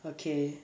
okay